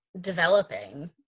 developing